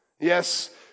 Yes